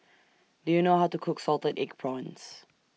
Do YOU know How to Cook Salted Egg Prawns